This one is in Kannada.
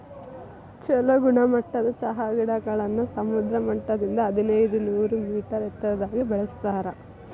ಚೊಲೋ ಗುಣಮಟ್ಟದ ಚಹಾ ಗಿಡಗಳನ್ನ ಸಮುದ್ರ ಮಟ್ಟದಿಂದ ಹದಿನೈದನೂರ ಮೇಟರ್ ಎತ್ತರದಾಗ ಬೆಳೆಸ್ತಾರ